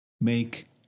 Make